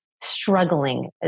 struggling